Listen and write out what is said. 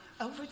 over